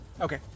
Okay